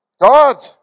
God